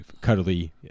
cuddly